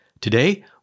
Today